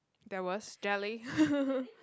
that was jelly